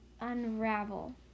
unravel